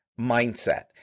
mindset